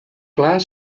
clar